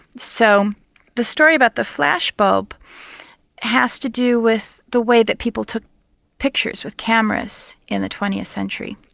so the story about the flashbulb has to do with the way that people took pictures with cameras in the twentieth century.